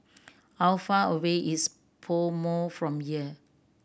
how far away is PoMo from here